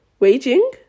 Waging